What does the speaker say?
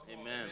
Amen